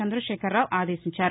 చంద్ర శేఖర్ రావు ఆదేశించారు